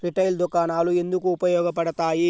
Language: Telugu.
రిటైల్ దుకాణాలు ఎందుకు ఉపయోగ పడతాయి?